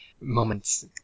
Moments